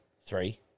Three